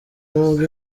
nubwo